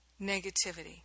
negativity